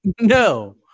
no